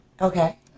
Okay